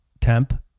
Temp